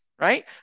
right